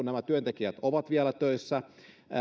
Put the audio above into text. nämä työntekijät ovat vielä töissä